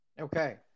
Okay